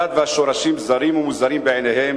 הדת והשורשים זרים ומוזרים בעיניהם,